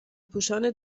پوشان